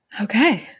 Okay